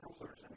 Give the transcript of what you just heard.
rulers